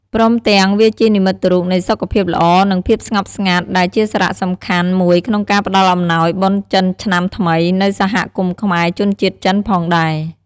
ព្រមទាំងវាជានិមិត្តរូបនៃសុខភាពល្អ និងភាពស្ងប់ស្ងាត់ ដែលជាសារៈសំខាន់មួយក្នុងការផ្ដល់អំណោយបុណ្យចិនឆ្នាំថ្មីនៅសហគមន៍ខ្មែរជនជាតិចិនផងដែរ។